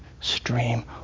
stream